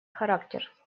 характер